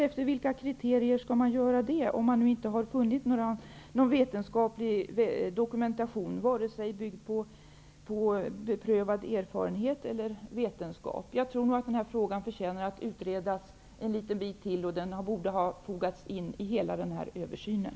Efter vilka kriterier skall man göra det, om man inte har funnit någon vetenskaplig dokumentation eller kan bygga på beprövad erfarenhet? Jag tror nog att den här frågan förtjänar att utredas en liten bit till. Den borde ha fogats in i den samlade översynen.